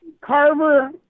Carver